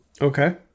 Okay